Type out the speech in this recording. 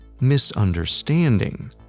misunderstanding